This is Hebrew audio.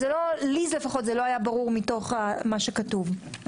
לי לפחות זה לא היה ברור מתוך מה שכתוב.